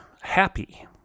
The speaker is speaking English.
happy